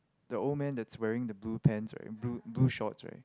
the old man that's wearing the blue pants right blue blue shorts right